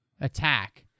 attack